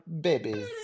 babies